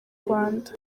rwanda